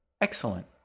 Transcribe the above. Excellent